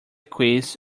quiz